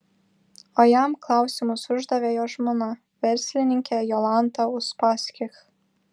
o jam klausimus uždavė jo žmona verslininkė jolanta uspaskich